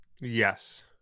yes